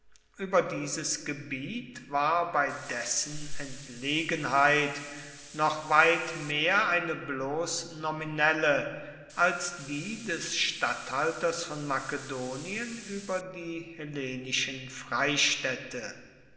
über dieses gebiet war bei dessen entlegenheit noch weit mehr eine bloß nominelle als die des statthalters von makedonien über die hellenischen freistädte